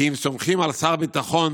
כי אם סומכים על שר הביטחון